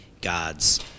God's